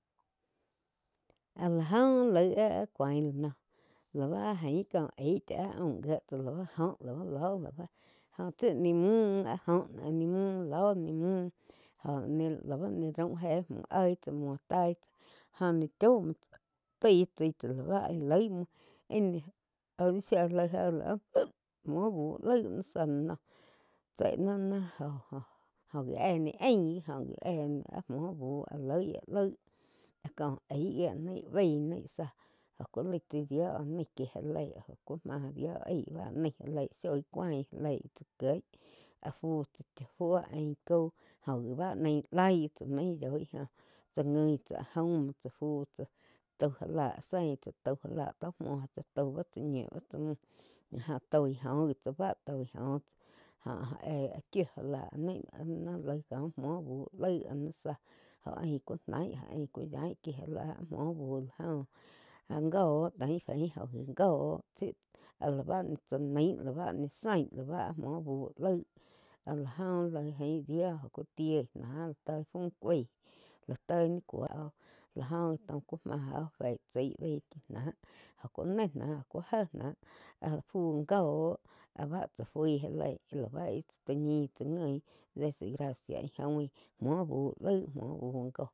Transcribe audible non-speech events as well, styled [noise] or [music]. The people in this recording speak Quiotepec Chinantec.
Áh la joh áh cuain la noh lau ain cha ain aum gie tsá laú jóh lau lóh óh tsi ni muh áh áh ni múh lú ni múh jo la ba ni raum jéh múh oig tsá muo tai tsá joh chaum muo pei tsai tsá lá báh loig gi íh ni jo ni shia la laig éh [noise] muo bu laig ni zá la noh tsei ná-ná jo-jo óh gi éh ni ain éh áh muo búh loi áh laig co aig gi áh baí ni záh, óh cu laig tsai dio áh naig kie já lei óh ku máh dio aig áh naig já lei shoi cuáin já leih tsá kieg áh fu tsá cha fuo ain cau jo bá ni laig gi ain yoi, joh tsá guin tsá áh jaum muo tsá fu chá tau já lá áh sein tsáh tau já la tó muo tsáh tau áh tsá ñiu. Áh tsá múh áh toi joh gi tsá toi jo óh éh áh chiu já lah áh ni laig koh muo bu laig áh ni záh jo ain cu naig óh ain cu naig kie já la muo buh la joh áh joh tain jain óh gi goh tsi áh la bá ni záing múo buh laig áh la joh laih jain dio óh ku tih náh lá toi fu káui lá toi ni cuó joh gi taum ku máh óh fei tsái baí chi náh joh ku néh náh jo ku jéh náh áh fu goh áh bá tsá fui já leí ih la tsá tá ñih tsá nguin desgraciacha oin muo buh laig muo buh góh.